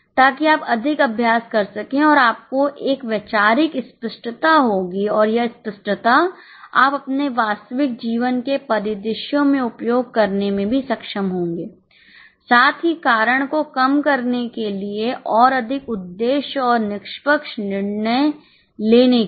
ताकि आप अधिक अभ्यास कर सके और आप को एक वैचारिक स्पष्टता होगी और यह स्पष्टता आप अपने वास्तविक जीवन के परिदृश्यों में उपयोग करने में भी सक्षम होंगे साथ ही कारण को कम करने के लिए और अधिक उद्देश्य और निष्पक्ष निर्णय लेने के लिए